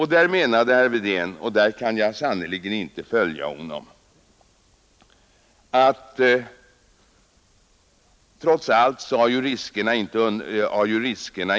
Herr Wedén menade, och därvidlag kan jag däremot inte följa honom, att riskerna ju trots allt inte har undanröjts.